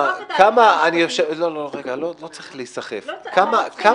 לא צריך להיסחף --- זה